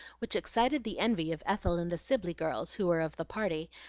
which excited the envy of ethel and the sibley girls, who were of the party,